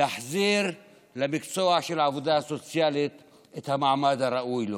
להחזיר למקצוע של העבודה הסוציאלית את המעמד הראוי לו.